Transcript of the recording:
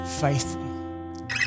faithful